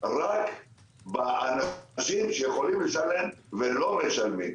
רק באנשים שיכולים לשלם ולא משלמים,